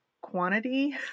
quantity